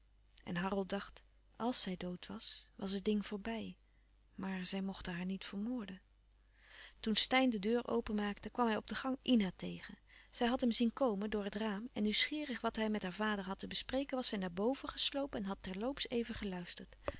en harold dacht als zij dood was was het ding voorbij maar zij mochten haar niet vermoorden toen steyn de deur openmaakte kwam hij op de gang ina tegen zij had hem zien komen door het raam en nieuwsgierig wat hij met haar vader had te bespreken was zij naar boven geslopen en had ter loops even geluisterd